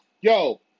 Yo